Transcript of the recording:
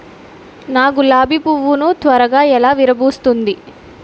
నా గులాబి పువ్వు ను త్వరగా ఎలా విరభుస్తుంది?